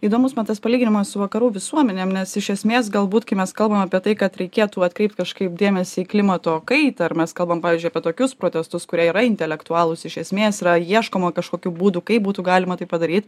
įdomus man tas palyginimas su vakarų visuomenė nes iš esmės galbūt kai mes kalbam apie tai kad reikėtų atkreipt kažkaip dėmesį į klimato kaitą ar mes kalbam pavyzdžiui apie tokius protestus kurie yra intelektualūs iš esmės yra ieškoma kažkokių būdų kaip būtų galima tai padaryt